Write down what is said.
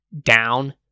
down